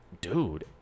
dude